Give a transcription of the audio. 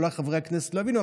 אולי חברי הכנסת לא יבינו,